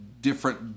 different